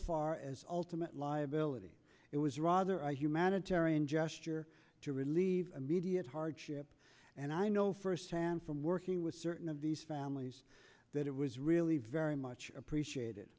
far as ultimate liability it was rather a humanitarian gesture to relieve immediate hardship and i know firsthand from working with certain of these families that it was really very much appreciate